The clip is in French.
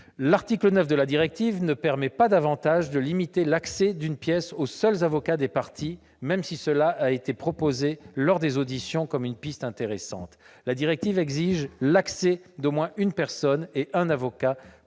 L'article 9 de la directive ne permet pas davantage de limiter l'accès d'une pièce aux seuls avocats des parties, même si cela a été présenté lors des auditions comme une piste intéressante. La directive exige l'accès d'au moins une personne et un avocat